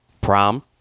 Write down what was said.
prom